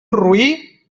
roí